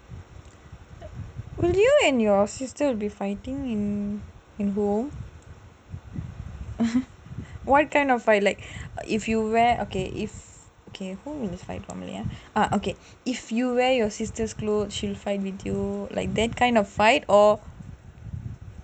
will you and your sister be fighting at home what kind of fight like if you wear okay if okay if you wear your sister's clothes she will like this kind of fight or